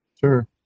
Sure